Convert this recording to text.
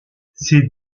ces